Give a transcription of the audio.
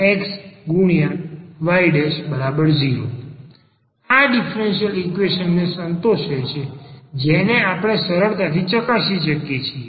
આ સંબંધ આ ડીફરન્સીયલ ઈક્વેશન ને સંતોષે છે જેને આપણે સરળતાથી ચકાસી શકીએ છીએ